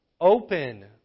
Open